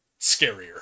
scarier